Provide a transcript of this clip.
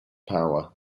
power